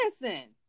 Listen